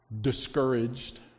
discouraged